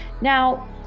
Now